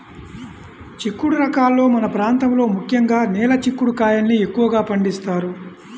చిక్కుడు రకాలలో మన ప్రాంతంలో ముఖ్యంగా నేల చిక్కుడు కాయల్ని ఎక్కువగా పండిస్తారు